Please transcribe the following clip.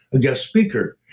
a guest speaker.